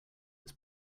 its